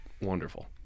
wonderful